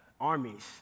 armies